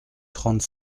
trente